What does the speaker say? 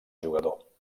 jugador